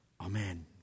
Amen